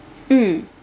mm